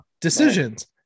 decisions